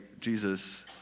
Jesus